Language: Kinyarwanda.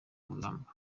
magambo